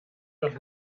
doch